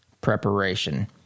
preparation